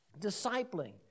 discipling